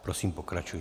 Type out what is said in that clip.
Prosím, pokračujte.